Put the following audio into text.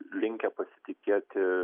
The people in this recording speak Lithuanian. linkę pasitikėti